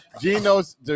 Gino's